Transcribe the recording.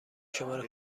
شماره